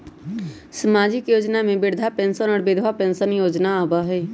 सामाजिक योजना में वृद्धा पेंसन और विधवा पेंसन योजना आबह ई?